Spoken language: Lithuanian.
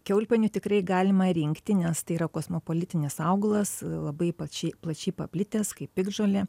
kiaulpienių tikrai galima rinkti nes tai yra kosmopolitinis augalas labai pačiai plačiai paplitęs kaip piktžolė